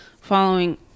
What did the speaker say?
following